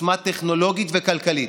עוצמה טכנולוגית וכלכלית.